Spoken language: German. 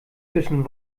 zwischen